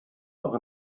auch